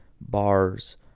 Bars